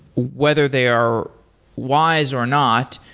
whether they are wise or not,